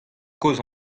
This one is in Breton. kozh